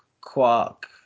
Quark